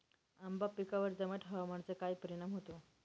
आंबा पिकावर दमट हवामानाचा काय परिणाम होतो?